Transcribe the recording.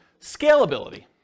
Scalability